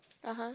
(uh huh)